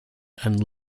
and